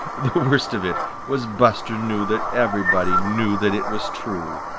the worst of it was buster knew that everybody knew that it was true.